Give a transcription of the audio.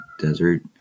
desert